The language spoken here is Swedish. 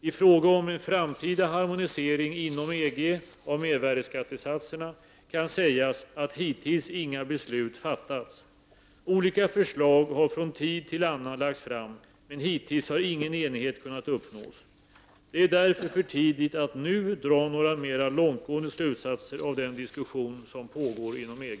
I fråga om en framtida harmonisering inom EG av mervärdeskattesatserna kan sägas att hittills inga beslut fattats. Olika förslag har från tid till annan lagts fram, men hittills har ingen enighet kunnat uppnås. Det är därför för tidigt att nu dra några mera långtgående slutsatser av den diskussion som pågår inom EG.